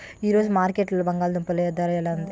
ఈ రోజు మార్కెట్లో బంగాళ దుంపలు ధర ఎలా ఉంది?